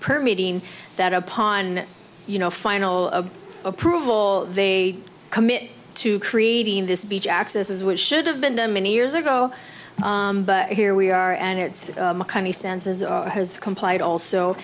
permuting that upon you know final approval they commit to creating this beach access is what should have been done many years ago but here we are and it has complied also